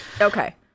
okay